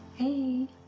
Hey